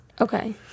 Okay